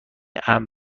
امن